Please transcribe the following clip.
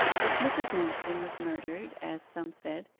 if mrs. manston was murdered, as some said,